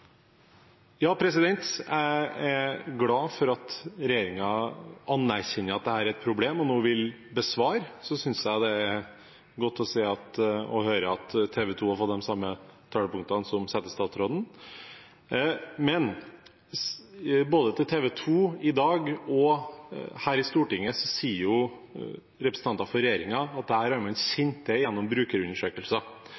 Jeg er glad for at regjeringen anerkjenner at dette er et problem og nå vil besvare. Og så synes jeg det er godt å se – og høre – at TV 2 har fått de samme talepunktene som statsråden. Men både til TV 2 i dag og her i Stortinget sier jo representanter for regjeringen at dette har man